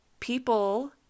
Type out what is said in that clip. People